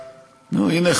הנה,